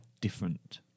different